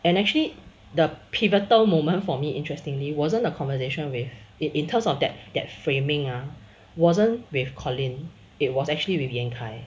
and actually the pivotal moment for me interestingly wasn't a conversation with it in terms of that that framing ah wasn't with colin it was actually with yan kai